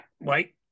Wait